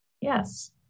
Yes